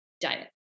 diet